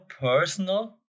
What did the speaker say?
personal